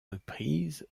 reprises